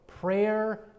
prayer